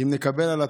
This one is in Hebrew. אם נקבל על עצמנו,